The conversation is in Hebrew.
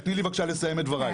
תני לי בבקשה לסיים את דבריי.